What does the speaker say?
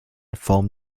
formed